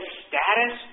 status